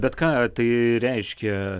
bet ką tai reiškia